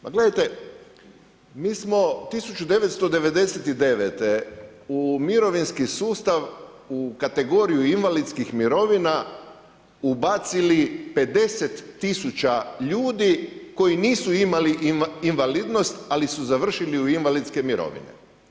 Pa gledajte, mi smo 1990. u mirovinski sustav u kategoriju invalidskih mirovina ubacili 50 000 ljudi koji nisu imali invalidnost, ali su završili u invalidske mirovine.